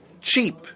cheap